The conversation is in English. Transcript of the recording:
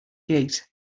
gate